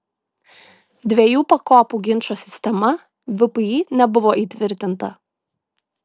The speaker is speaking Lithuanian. dviejų pakopų ginčo sistema vpį nebuvo įtvirtinta